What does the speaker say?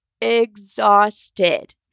exhausted